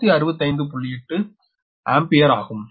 8 ampere ஆகும்